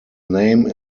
name